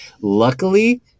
luckily